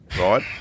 right